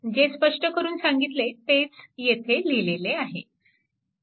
जे स्पष्ट करून सांगितले तेच येथे लिहिले आहे